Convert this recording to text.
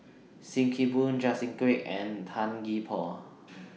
SIM Kee Boon Justin Quek and Tan Gee Paw